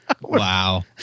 Wow